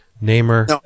Namer